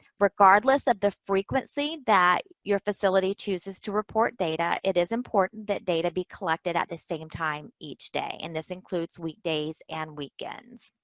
regardless of the frequency that your facility chooses to report data, it is important that data be collected at the same time each day. and this includes weekdays and weekends.